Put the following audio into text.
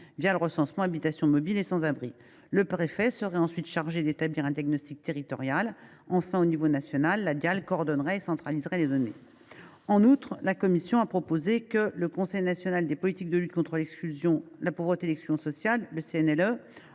ans le recensement des habitations mobiles et des personnes sans abri. Le préfet serait ensuite chargé d’établir un diagnostic territorial. Enfin, à l’échelon national, la Dihal coordonnerait et centraliserait les données. En outre, la commission propose que le Conseil national des politiques de lutte contre la pauvreté et l’exclusion sociale (CNLE)